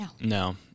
No